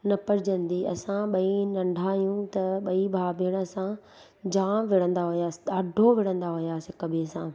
न पटिजंदी असां ॿई नंढा आहियूं त ॿई भाउ भेण असां जाम विढ़ंदा हुआसीं ॾाढो विढ़ंदा हुआसीं हिक ॿिए सां